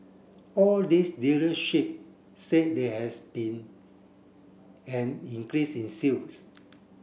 all these dealership said they has been an increase in sales